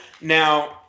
Now